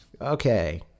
Okay